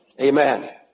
Amen